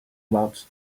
about